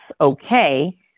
okay